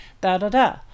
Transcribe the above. da-da-da